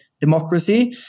democracy